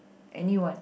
anyone